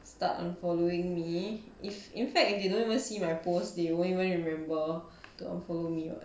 start unfollowing me if in fact they don't even see my post they don't even remember to unfollow me [what]